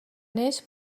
neix